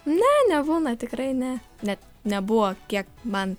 ne nebūna tikrai ne net nebuvo kiek man